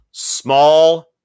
Small